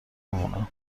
مونه